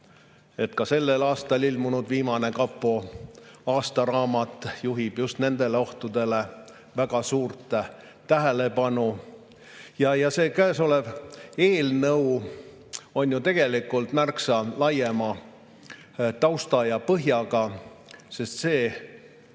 et ka sellel aastal ilmunud viimane kapo aastaraamat juhib just nendele ohtudele väga suurt tähelepanu. Käesolev eelnõu on tegelikult märksa laiema tausta ja põhjaga, sest see